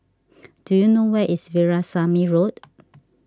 do you know where is Veerasamy Road